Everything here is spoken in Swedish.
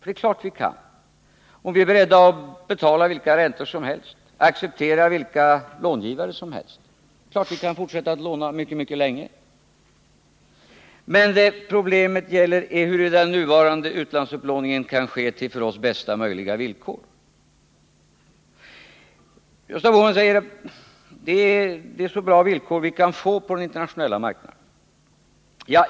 Det är klart att vi kan göra det, om vi är beredda att betala vilka räntor som helst och att acceptera vilka långivare som helst — det är klart att vi kan fortsätta att låna mycket länge. Vad problemet gäller är huruvida den nuvarande utlandsupplåningen kan ske på för oss bästa möjliga villkor. Gösta Bohman säger att vi har så bra villkor som vi kan få på den internationella marknaden.